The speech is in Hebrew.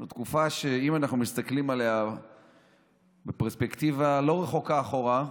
זו תקופה שאם אנחנו מסתכלים עליה בפרספקטיבה לא רחוקה אחורה,